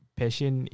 passion